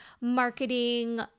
marketing